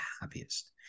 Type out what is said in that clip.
happiest